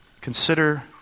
consider